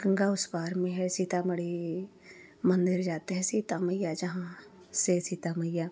गंगा उस पार में है सीतामढ़ी मंदिर जाते हैं सीता मैया जहाँ से सीता मैया